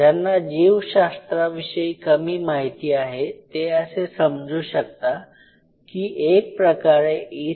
ज्यांना जीवशास्त्राविषयी कमी माहिती आहे ते असे समजू शकता की एक प्रकारे E